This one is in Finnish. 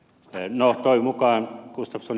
no toivon mukaan kuten ed